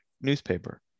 newspaper